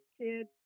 kid